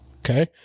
okay